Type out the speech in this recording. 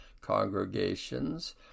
congregations